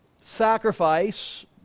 sacrifice